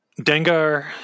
Dengar